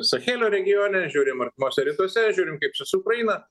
sachelio regione žiūrim artimuose rytuose žiūrim kaip čia su ukraina